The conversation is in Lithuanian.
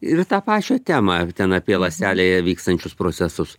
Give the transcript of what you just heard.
ir tą pačią temą ten apie ląstelėje vykstančius procesus